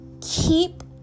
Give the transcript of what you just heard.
keep